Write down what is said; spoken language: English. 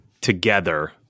together